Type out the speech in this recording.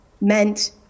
meant